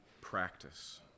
practice